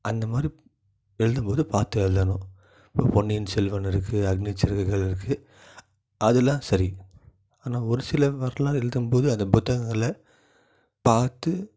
அந்த மாதிரி எழுதும்போது பார்த்து எழுதணும் இப்போ பொன்னியின் செல்வன் இருக்குது அக்னிச்சிறகுகள் இருக்குது அதுலாம் சரி ஆனால் ஒரு சில வரலாறு எழுதும்போது அந்த புத்தகங்களை பார்த்து